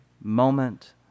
moment